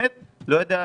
באמת לא יודע.